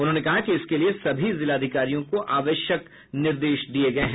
उन्होंने कहा कि इसके लिए सभी जिलाधिकारियों को आवश्यक निर्देश दिये गये हैं